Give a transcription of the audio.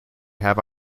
have